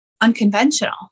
unconventional